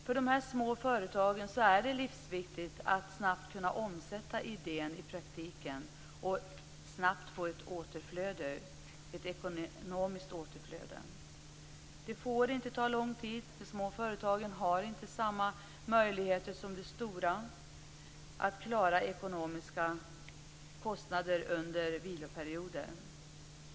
För de små företagen är det livsviktigt att snabbt kunna omsätta idén i praktiken och snabbt få ett ekonomiskt återflöde. Det får inte ta lång tid. De små företagen har inte samma möjligheter som de stora att klara ekonomiska kostnader under viloperioder.